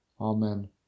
Amen